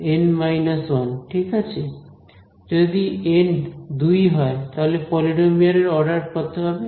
N minus one ঠিক আছে যদি এন 2 হয় তাহলে পলিনোমিয়াল এর অর্ডার কত হবে